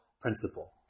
principle